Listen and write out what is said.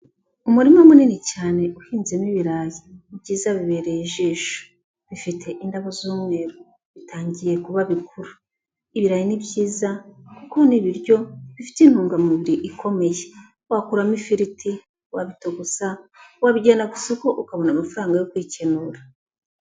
Umurima munini cyane uhinzemo ibirayi, ni ibyiza bibereye ijisho, bifite indabo z'umweru, bitangiye kuba bikuru. Ibirayi ni byiza kuko ni ibiryo bifite intungamubiri ikomeye, wakuramo ifiriti, wabitogosa, wabijyana ku isoko ukabona amafaranga yo kwikenura.